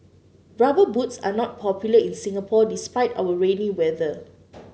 rubber boots are not popular in Singapore despite our rainy weather